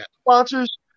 sponsors